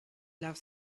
love